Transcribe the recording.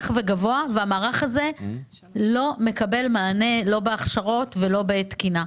המערך הזה לא מקבל מענה בהכשרות ובתקינה.